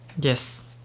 Yes